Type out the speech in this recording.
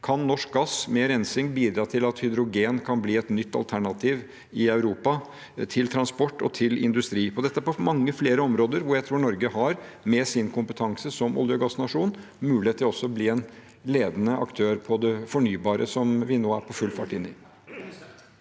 Kan norsk gass, med rensing, bidra til at hydrogen kan bli et nytt alternativ i Europa til transport og til industri? På dette og mange flere områder tror jeg Norge med sin kompetanse som olje- og gassnasjon har mulighet til også å bli en ledende aktør innenfor det fornybare, som vi nå er på full fart inn i.